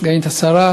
סגנית השר,